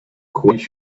quench